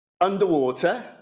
underwater